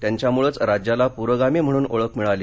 त्यांच्यामुळेच राज्याला प्रोगामी म्हणून ओळख मिळाली